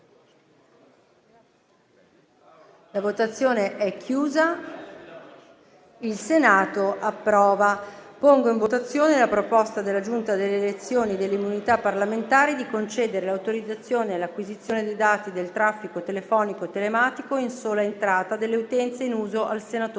la votazione nominale con scrutinio simultaneo della proposta della Giunta delle elezioni e delle immunità parlamentari di concedere l'autorizzazione all'acquisizione dei dati di traffico telefonico/telematico, in sola entrata, delle utenze in uso al senatore